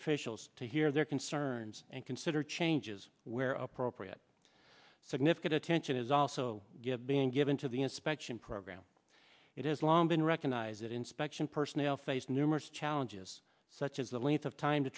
officials to hear their concerns and consider changes where appropriate significant attention is also give being given to the inspection program it has long been recognized that inspection personnel faced numerous challenges such as the length of time to